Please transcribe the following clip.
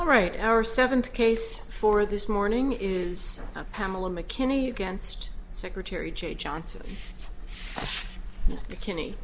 all right our seventh case for this morning is pamela mckinney against secretary jay johnson